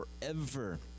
forever